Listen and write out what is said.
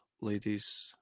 ladies